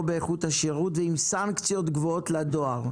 באיכות השירות ועם סנקציות גבוהות לדואר.